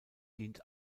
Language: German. dient